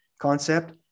concept